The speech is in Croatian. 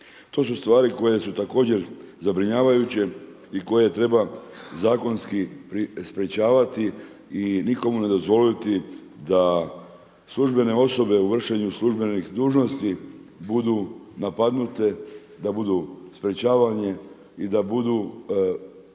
To su stvari koje su također zabrinjavajuće i koje treba zakonski sprječavati i nikomu ne dozvoliti da službene osobe u vršenju službenih dužnosti budu napadnute, da budu sprječavane i da budu